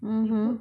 mmhmm